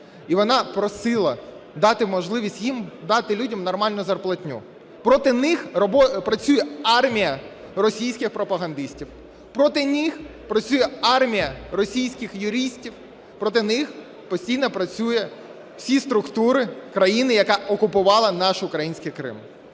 і вона просила дати можливість їм дати людям нормальну зарплатню. Проти них працює армія російських пропагандистів, проти них працює армія російських юристів. Проти них постійно працюють всі структури країни, яка окупувала наш український Крим.